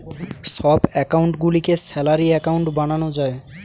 সব অ্যাকাউন্ট গুলিকে salary account বানানো যায়